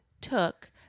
took